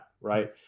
right